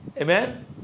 Amen